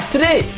Today